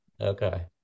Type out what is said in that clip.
okay